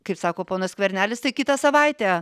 kaip sako ponas skvernelis tai kitą savaitę